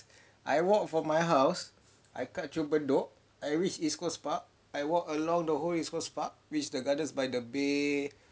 I walk from my house I cut through bedok I reach east coast park I walk along the whole east coast park reach the gardens by the bay